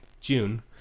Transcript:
June